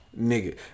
nigga